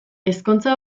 ezkontza